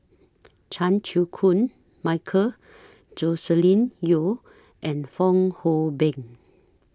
Chan Chew Koon Michael Joscelin Yeo and Fong Hoe Beng